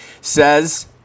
says